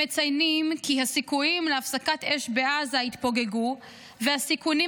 הם מציינים כי הסיכויים להפסקת אש בעזה התפוגגו והסיכונים